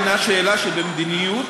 היא שאלה שבמדיניות,